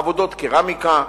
עבודות קרמיקה,